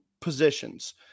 positions